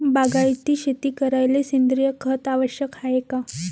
बागायती शेती करायले सेंद्रिय खत आवश्यक हाये का?